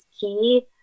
key